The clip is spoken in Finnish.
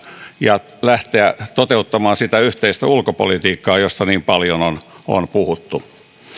ja lähteä toteuttamaan sitä yhteistä ulkopolitiikkaa josta niin paljon on on puhuttu